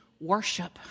worship